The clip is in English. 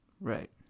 Right